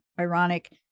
ironic